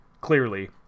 clearly